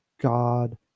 God